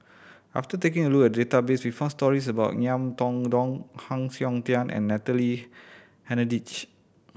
after taking a look at the database we found stories about Ngiam Tong Dow Heng Siok Tian and Natalie Hennedige